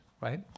right